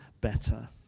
better